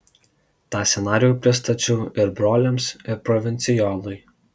tą scenarijų pristačiau ir broliams ir provincijolui